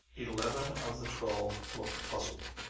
eleven of the twelve looked puzzled.